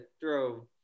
throw